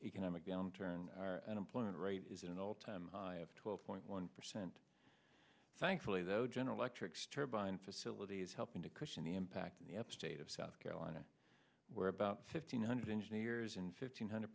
economic downturn our unemployment rate is at an all time high of twelve point one percent thankfully though general electric's turbine facility is helping to cushion the impact in the upstate of south carolina where about fifteen hundred engineers and fifteen hundred